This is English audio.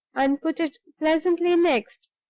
and put it pleasantly next.